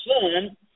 son